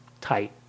tight